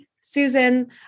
Susan